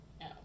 No